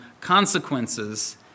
consequences